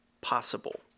possible